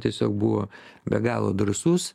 tiesiog buvo be galo drąsus